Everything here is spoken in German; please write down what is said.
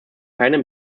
keine